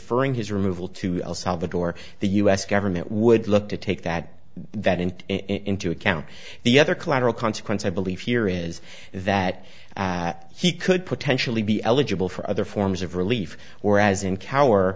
ring his removal to el salvador the u s government would love to take that that and into account the other collateral consequence i believe here is that he could potentially be eligible for for other arms of relief were as in cower